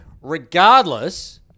regardless